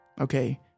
Okay